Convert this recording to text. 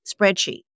spreadsheet